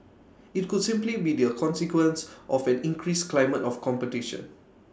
IT could simply be the consequence of an increased climate of competition